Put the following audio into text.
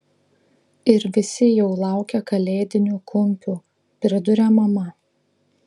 ir visi jau laukia kalėdinių kumpių priduria mama